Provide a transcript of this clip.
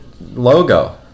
logo